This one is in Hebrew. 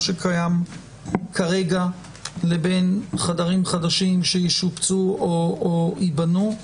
שקיים כרגע לבין חדרים חדשים שישופצו או ייבנו.